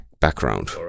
background